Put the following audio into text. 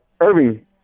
Irving